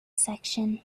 section